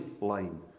line